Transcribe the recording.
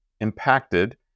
impacted